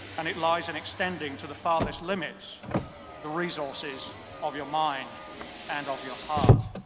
and it lies in extending to the farthest limits the resources of your mind and of your heart.